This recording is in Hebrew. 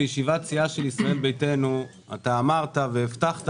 בישיבת סיעה של ישראל ביתנו אתה אמרת והבטחת